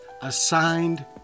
assigned